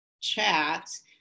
chats